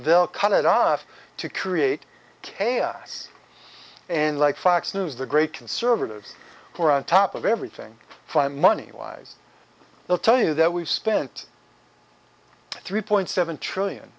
they'll cut it off to create chaos and like fox news the great conservatives who are on top of everything find money wise they'll tell you that we've spent three point seven trillion